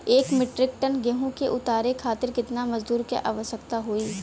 एक metric ton गेहूँ के उतारे खातीर कितना मजदूर क आवश्यकता होई?